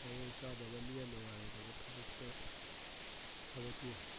ꯃꯑꯣꯡ ꯆꯥꯗꯕ ꯃꯤꯅ ꯅꯨꯡꯉꯥꯏꯔꯣꯏꯗꯕ ꯊꯕꯛꯇ ꯊꯕꯛꯇꯤ